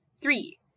Three